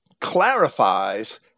clarifies